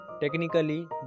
Technically